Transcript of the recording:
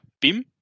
BIM